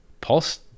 Pulse